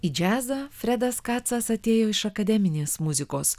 į džiazą fredas kacas atėjo iš akademinės muzikos